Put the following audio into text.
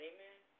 Amen